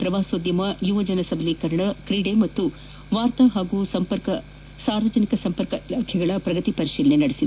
ಪ್ರವಾಸೋದ್ಯಮ ಯುವಜನ ಸಬಲೀಕರಣ ಕ್ರೀಡೆ ಹಾಗೂ ವಾರ್ತಾ ಮತ್ತು ಸಾರ್ವಜನಿಕ ಸಂಪರ್ಕ ಇಲಾಖೆಗಳ ಪ್ರಗತಿ ಪರಿಶೀಲನೆ ನಡೆಸಿದರು